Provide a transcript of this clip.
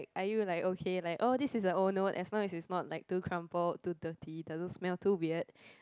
wait are you like okay like oh this is a old note as long as is not like too crumpled too dirty doesn't smell too weird